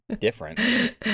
different